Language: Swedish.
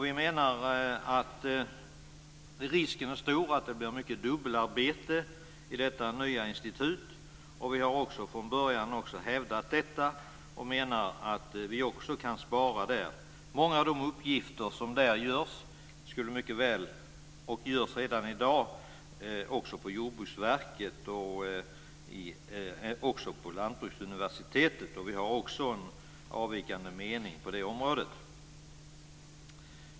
Vi menar att risken är stor att det blir mycket dubbelarbete vid detta nya institut, något som vi redan från början har hävdat. Vi menar att vi också kan spara där. Många av uppgifterna där skulle mycket väl, och så är det redan i dag, kunna göras också på Jordbruksverket liksom på Lantbruksuniversitetet. Även på det området har vi en avvikande mening.